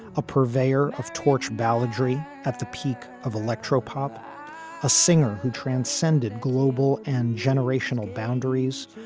a purveyor of torture balladry at the peak of electropop, a singer who transcended global and generational boundaries,